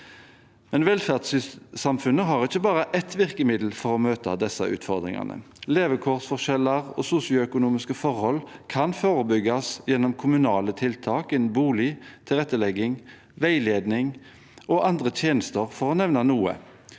Men velferdssamfunnet har ikke bare ett virkemiddel for å møte disse utfordringene. Levekårsforskjeller og sosioøkonomiske forhold kan forebygges gjennom kommunale tiltak, som bolig, tilrettelegging, veiledning og andre tjenester, for å nevne noe.